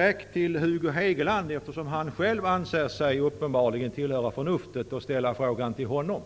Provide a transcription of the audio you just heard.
Eftersom Hugo Hegeland anser sig företräda förnuftet skall jag vända mig till honom och ställa frågan till honom: